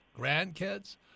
grandkids